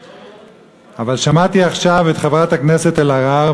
אבל שמעתי עכשיו את חברת הכנסת אלהרר,